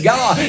God